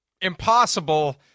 impossible